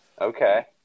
Okay